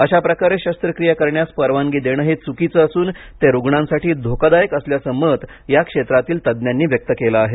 अशाप्रकारे शस्त्रक्रिया करण्यास परवानगी देणं हे चुकीच असून ते रुग्णांसाठी धोकादायक असल्याचं मत या क्षेत्रातील तज्ञानी व्यक्त केलं आहे